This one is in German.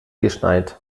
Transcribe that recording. geschneit